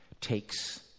takes